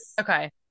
Okay